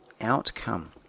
Outcome